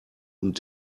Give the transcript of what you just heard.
und